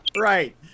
right